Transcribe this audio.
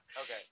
Okay